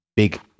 big